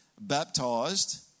baptized